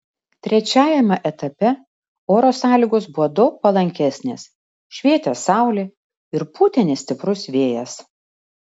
trečiajame etape oro sąlygos buvo daug palankesnės švietė saulė ir pūtė nestiprus vėjas